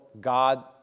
God